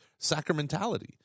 sacramentality